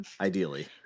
Ideally